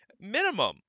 minimum